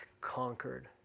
conquered